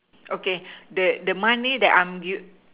okay the the money that I'm give